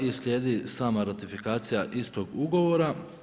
I slijedi sama ratifikacija istog ugovora.